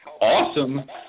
awesome